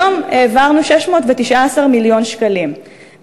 היום העברנו 619 מיליון שקלים,